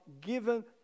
given